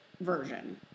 version